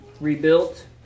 rebuilt